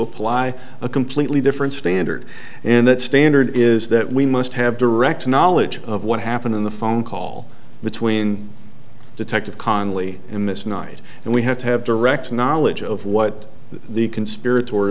apply a completely different standard and that standard is that we must have direct knowledge of what happened in the phone call between detective connally in this night and we have to have direct knowledge of what the conspira